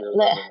let